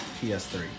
PS3